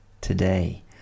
today